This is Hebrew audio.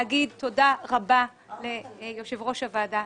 תודה ליושב-ראש הוועדה,